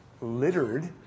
littered